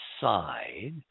side